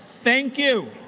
thank you.